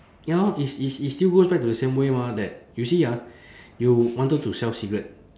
ya lor it's it's it's still goes back to the same way mah that you see ah you wanted to sell cigarette